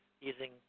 using